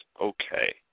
okay